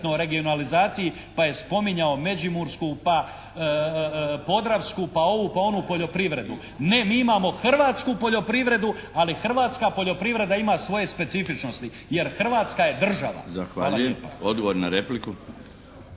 Zahvaljujem. Odgovor na repliku.